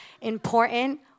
important